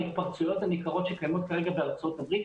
הן ההתקבצויות הניכרות שקיימות כרגע בארצות הברית.